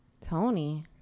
Tony